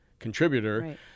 contributor